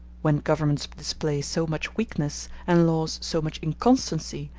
when governments display so much weakness, and laws so much inconstancy,